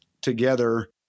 together